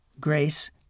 grace